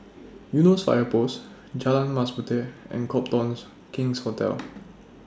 Eunos Fire Post Jalan Mas Puteh and Copthorne King's Hotel